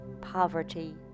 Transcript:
poverty